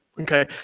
Okay